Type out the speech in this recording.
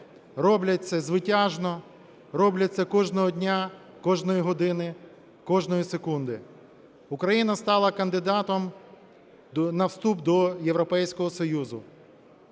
роблять це звитяжно, роблять це кожного дня, кожної години, кожної секунди. Україна стала кандидатом на вступ до Європейського Союзу.